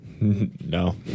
No